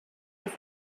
left